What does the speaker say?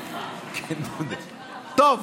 טוב,